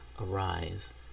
arise